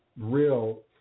real